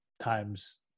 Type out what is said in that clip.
times